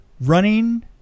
running-